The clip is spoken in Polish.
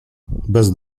bez